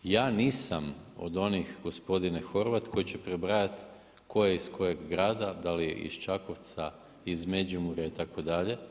Ja nisam od onih gospodine Horvat koji će prebrojavati tko je iz kojeg grada, da li je iz Čakovca, iz Međimurja itd.